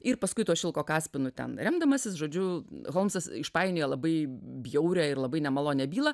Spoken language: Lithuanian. ir paskui tuo šilko kaspinu ten remdamasis žodžiu holmsas išpainioja labai bjaurią ir labai nemalonią bylą